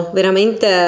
veramente